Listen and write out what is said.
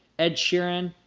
ed sheeran,